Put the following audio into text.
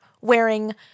wearing